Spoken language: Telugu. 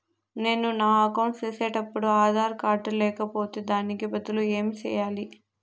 నేను నా అకౌంట్ సేసేటప్పుడు ఆధార్ కార్డు లేకపోతే దానికి బదులు ఏమి సెయ్యాలి?